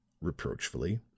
reproachfully